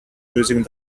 using